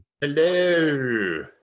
Hello